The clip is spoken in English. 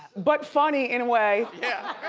but funny in a way. yeah